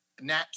Nat